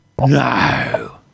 no